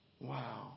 wow